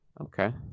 Okay